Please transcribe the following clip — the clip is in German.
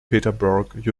peterborough